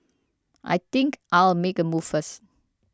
I think I'll make a move first